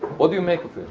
what do you make of it?